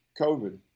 COVID